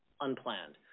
unplanned